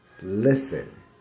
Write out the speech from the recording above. listen